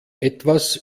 etwas